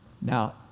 Now